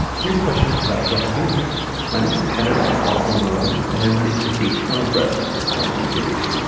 here's a question about what to do with it my name is peder from oslo, norway and i'm baking a ton of bread this quarantine period.